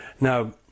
Now